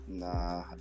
Nah